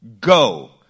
go